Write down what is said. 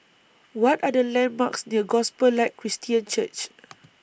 What Are The landmarks near Gospel Light Christian Church